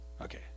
Okay